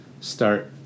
start